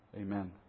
Amen